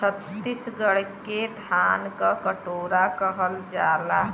छतीसगढ़ के धान क कटोरा कहल जाला